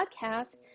podcast